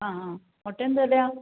ആ ആ മുട്ട എന്ത് വിലയാണ്